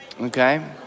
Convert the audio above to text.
Okay